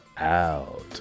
out